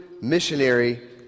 missionary